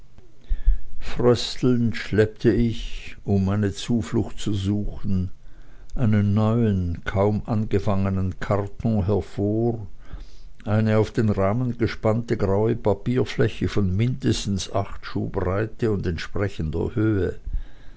fröstelnd schleppte ich um eine zuflucht zu suchen einen neuen kaum angefangenen karton hervor eine auf den rahmen gespannte graue papierfläche von mindestens acht schuh breite und entsprechender höhe